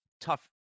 tough